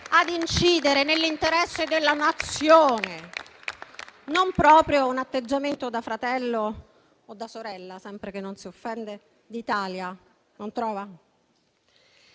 ad incidere nell'interesse della Nazione. Non proprio un atteggiamento da fratello - o da sorella, sempre che non si offenda - d'Italia: non trova?